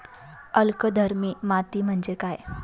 अल्कधर्मी माती म्हणजे काय?